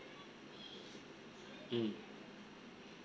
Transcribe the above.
mm